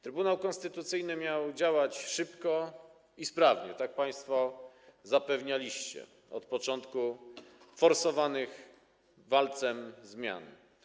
Trybunał Konstytucyjny miał działać szybko i sprawnie, tak państwo zapewnialiście od początku forsowanych walcem zmian.